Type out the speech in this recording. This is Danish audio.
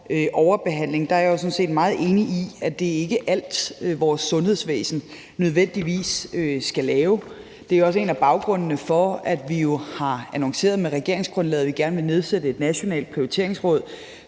overbehandling, er jeg jo sådan set meget enig i, at det ikke er alt, vores sundhedsvæsen nødvendigvis skal lave. Det er også en af baggrundene for, at vi med regeringsgrundlaget jo har annonceret, at vi gerne vil nedsætte et nationalt prioriteringsråd,